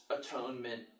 atonement